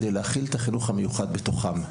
כדי להכיל את החינוך המיוחד בתוכם.